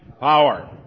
Power